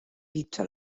visto